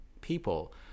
people